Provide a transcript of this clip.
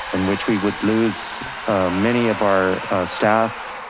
in which we would lose many of our staff.